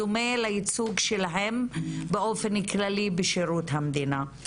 דומה לייצוג שלהן באופן כללי בשירות המדינה.